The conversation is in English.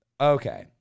okay